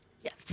Yes